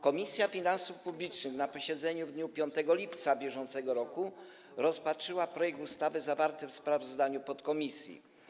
Komisja Finansów Publicznych podczas posiedzenia w dniu 5 lipca br. rozpatrzyła projekt ustawy zawarty w sprawozdaniu podkomisji.